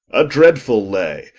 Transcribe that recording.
a dreadfull lay,